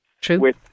True